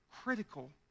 critical